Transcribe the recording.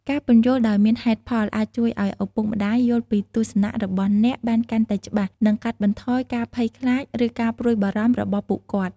ការពន្យល់ដោយមានហេតុផល អាចជួយឲ្យឪពុកម្ដាយយល់ពីទស្សនៈរបស់អ្នកបានកាន់តែច្បាស់ និងកាត់បន្ថយការភ័យខ្លាច ឬការព្រួយបារម្ភរបស់ពួកគាត់។